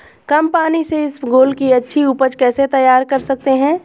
कम पानी से इसबगोल की अच्छी ऊपज कैसे तैयार कर सकते हैं?